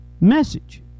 message